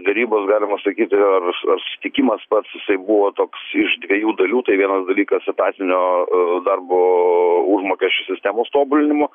derybos galima sakyti ar ar susitikimas pats jisai buvo toks iš dviejų dalių tai vienas dalykas etatinio darbo užmokesčio sistemos tobulinimo